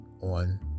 on